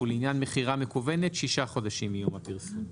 ולעניין מכירה מקוונת שישה חודשים מיום הפרסום."